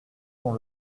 dont